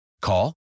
Call